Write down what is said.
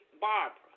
Barbara